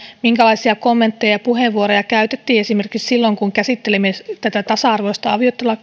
minkälaisia kommentteja ja puheenvuoroja käytettiin esimerkiksi silloin kun käsittelimme tasa arvoista